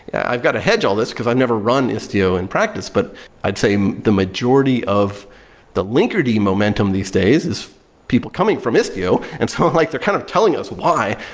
i've got to hedge all this because i never run istio in practice. but i'd say the majority of the linkerd momentum these days is people coming from istio and so i'm like, they're kind of telling us why.